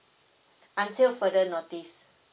until further notice